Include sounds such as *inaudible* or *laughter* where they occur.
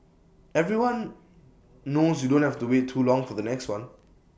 everyone *hesitation* knows you don't have to wait too long for the next one